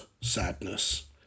sadness